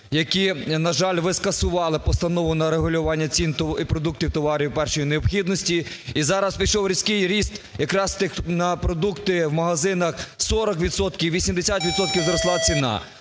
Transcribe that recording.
які, на жаль… ви скасували Постанову про врегулювання цін і продуктів товарів першої необхідності і зараз пішов різкий ріст якраз на продукти в магазинах: 40 відсотків,